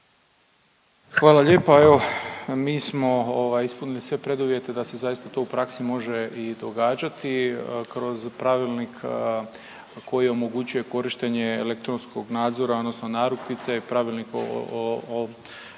Hvala lijepa, evo mi smo ovaj ispunili sve preduvjete da se zaista to u praksi može i događati kroz Pravilnik koji omogućuje korištenje elektronskog nadzora odnosno narukvice, Pravilnik o